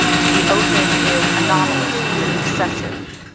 to be open is anomalous, even excessive,